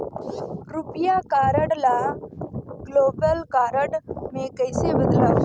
रुपिया कारड ल global card मे कइसे बदलव?